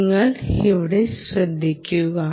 നിങ്ങൾ ഇവിടെ ശ്രദ്ധിക്കുക